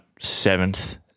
seventh